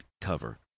cover